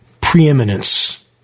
preeminence